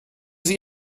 sie